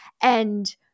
and-